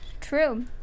True